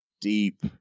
deep